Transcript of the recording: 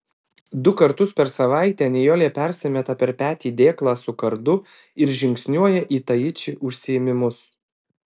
du kartus per savaitę nijolė persimeta per petį dėklą su kardu ir žingsniuoja į taiči užsiėmimus